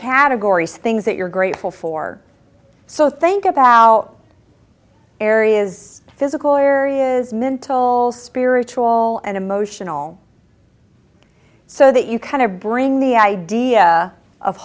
categories things that you're grateful for so think about areas physical areas mental spiritual and emotional so that you kind of bring the idea of